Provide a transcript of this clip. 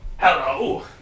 Hello